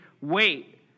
wait